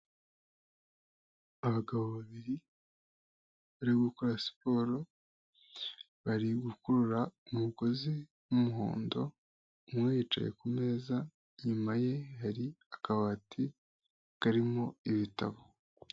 Abagabo babiri, barimo gukora siporo, bari gukurura umugozi w'umuhondo, umwe yicaye ku meza, inyuma ye hari akabati karimo ibitabo.